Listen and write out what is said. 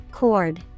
cord